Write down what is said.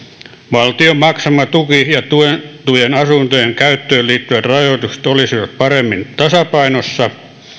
valtion maksama tuki ja tuettujen asuntojen käyttöön liittyvät rajoitukset olisivat paremmin tasapainossa